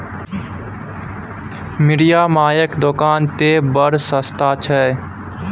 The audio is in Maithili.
मिरिया मायक दोकान तए बड़ सस्ता छै